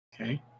Okay